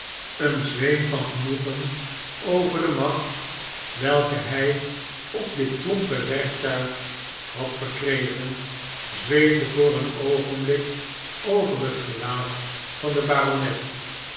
een zweem van genoegen over de macht welke hij opditplompe werktuig had verkregen zweefde voor een oogenblik over het gelaat van den baronet